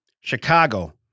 Chicago